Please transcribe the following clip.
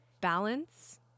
balance